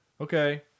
Okay